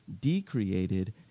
decreated